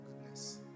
goodness